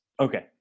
okay